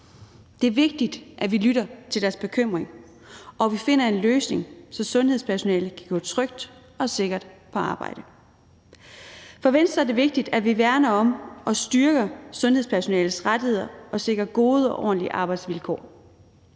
Det er vigtigt, at vi lytter til deres bekymring, og at vi finder en løsning, så sundhedspersonalet kan gå trygt og sikkert på arbejde. For Venstre er det vigtigt, at vi værner om og styrker sundhedspersonalets rettigheder og sikrer gode og ordentlige arbejdsvilkår.